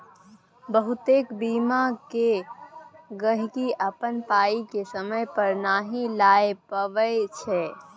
बहुतेक बीमा केर गहिंकी अपन पाइ केँ समय पर नहि लए पबैत छै